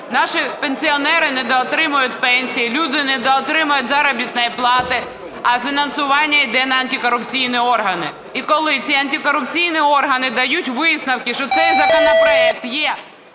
Наші пенсіонери недоотримують пенсії, люди недоотримують заробітні плати, а фінансування йде на антикорупційні органи. І коли ці антикорупційні органи дають висновки, що цей законопроект є